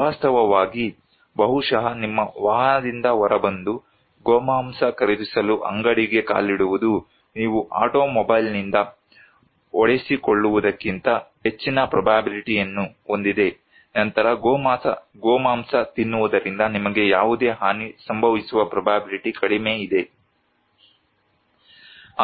"ವಾಸ್ತವವಾಗಿ ಬಹುಶಃ ನಿಮ್ಮ ವಾಹನದಿಂದ ಹೊರಬಂದು ಗೋಮಾಂಸ ಖರೀದಿಸಲು ಅಂಗಡಿಗೆ ಕಾಲಿಡುವುದು ನೀವು ಆಟೋಮೊಬೈಲ್ನಿಂದ ಹೊಡೆಸಿಕೊಳ್ಳುವುದಕ್ಕಿಂತ ಹೆಚ್ಚಿನ ಪ್ರೊಬ್ಯಾಬಿಲ್ಟಿಯನ್ನು ಹೊಂದಿದೆ ನಂತರ ಗೋಮಾಂಸ ತಿನ್ನುವುದರಿಂದ ನಿಮಗೆ ಯಾವುದೇ ಹಾನಿ ಸಂಭವಿಸುವ ಪ್ರೊಬ್ಯಾಬಿಲ್ಟಿ ಕಡಿಮೆ ಇದೆ "